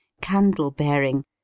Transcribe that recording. Candle-bearing